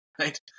right